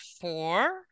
four